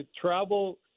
travel –